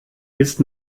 ist